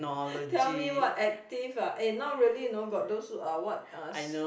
tell me what active eh not really you know got those uh what uh s